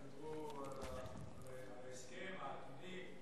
שדיברו על ההסכם העתידי,